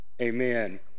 amen